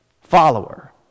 follower